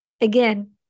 Again